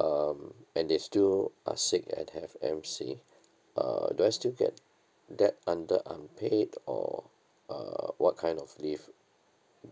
um and they still are sick and have M_C uh do I still get that under unpaid or uh what kind of leave